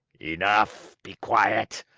enough! be quiet!